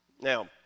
Now